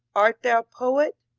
art thou poet?